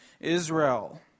Israel